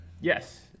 Yes